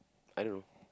I don't know